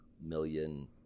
million